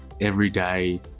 everyday